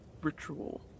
ritual